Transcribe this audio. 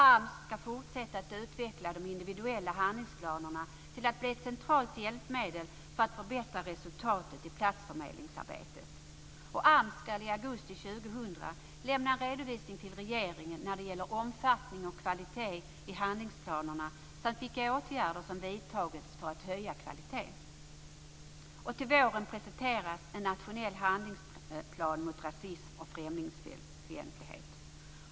AMS ska fortsätta att utveckla de individuella handlingsplanerna till att bli ett centralt hjälpmedel för att förbättra resultatet i platsförmedlingsarbetet. AMS ska i augusti 2000 lämna en redovisning till regeringen av omfattning och kvalitet i handlingsplanerna samt av vilka åtgärder som vidtagits för att höja kvaliteten. Till våren presenteras en nationell handlingsplan mot rasism och främlingsfientlighet.